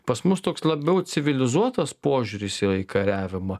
pas mus toks labiau civilizuotas požiūris yra į kariavimą